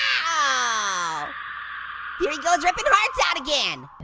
ah here he goes, rippin' hearts out again.